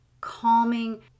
calming